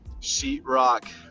sheetrock